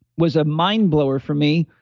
was a mindblower for me.